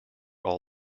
all